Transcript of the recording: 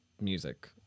music